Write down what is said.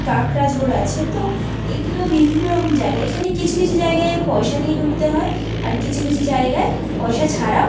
কাঁকড়াঝোড় আছে তো এইগুলো বিভিন্নরকম জায়গা এখানে কিছু কিছু জায়গায় পয়সা দিয়ে ঢুকতে হয় আর কিছু কিছু জায়গায় পয়সা ছাড়াও